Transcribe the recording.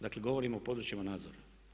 Dakle, govorim o područjima nadzora.